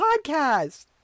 podcast